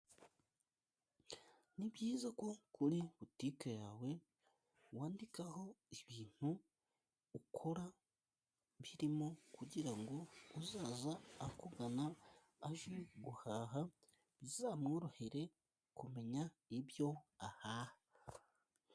Ni byiza ko kuri butike yawe, wandikaho ibintu ukora birimo, kugira ngo uzaza akugana aje guhaha, bizamworohere kumenya ibyo ahaha.